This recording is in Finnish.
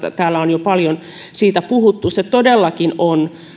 täällä on jo paljon puhuttu se todellakin on